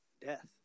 death